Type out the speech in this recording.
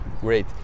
Great